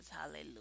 Hallelujah